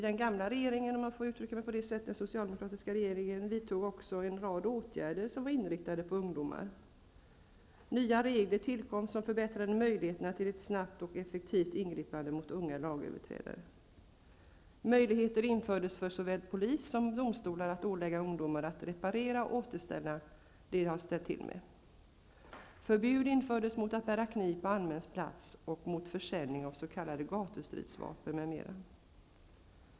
Den gamla socialdemokratiska regeringen vidtog en rad åtgärder som var riktade till ungdomar. Nya regler tillkom som förbättrade möjligheterna till ett snabbt och effektivt ingripande mot unga lagöverträdare. Möjlighet infördes för såväl polis som domstol att ålägga ungdomar att reparera och återställa det de hade förstört. Förbud infördes mot att bära kniv på allmän plats och mot försäljning av s.k. gatustridsvapen m.m.